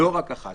לא רק אחת.